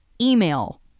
email